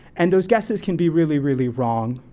and those guesses can be really, really wrong.